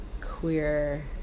queer